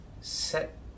set